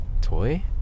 Toy